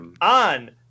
on